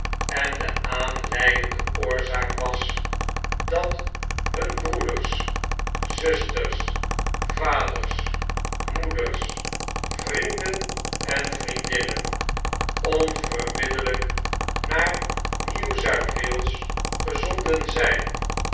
en de aanleidende oorzaak was dat hun broeders zusters vaders moeders vrienden envriendinnen onverbiddelyk naar nieuw zuid wales gezonden zyn